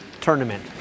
tournament